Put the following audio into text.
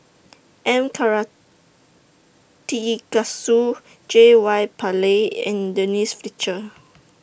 M Karthigesu J Y Pillay and Denise Fletcher